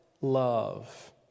love